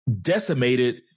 decimated